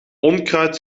onkruid